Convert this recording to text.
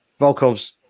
Volkov's